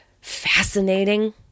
fascinating